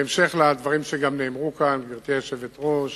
בהמשך לדברים שנאמרו כאן, גברתי היושבת-ראש,